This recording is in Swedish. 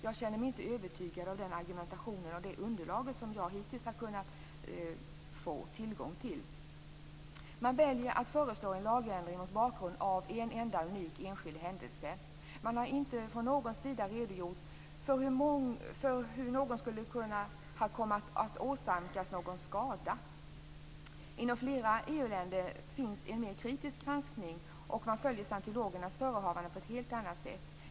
Jag känner mig inte övertygad av den argumentation och det underlag jag hittills har kunnat få tillgång till. Man väljer att föreslå en lagändring mot bakgrund av en enda unik händelse. Man har inte från någons sida redogjort för hur någon skulle komma att åsamkas någon skada. Inom flera EU-länder finns en mer kritisk granskning, och man följer scientologernas förehavanden på ett helt annat sätt.